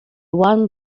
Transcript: one